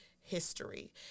history